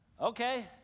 Okay